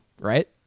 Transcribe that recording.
Right